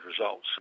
results